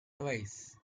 twice